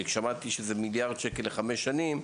כי כשאמרתי שזה מיליארד שקל לחמש שנים,